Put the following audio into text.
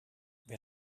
wer